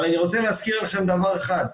אני רוצה להזכיר לכם דבר אחד.